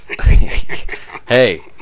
Hey